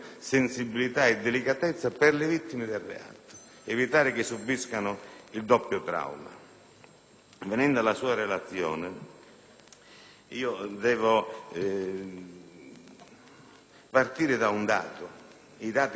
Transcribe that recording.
evitare che subiscano questo doppio trauma. Venendo alla sua relazione, devo partire dai suoi dati perché sono quelli che contano.